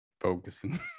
focusing